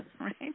right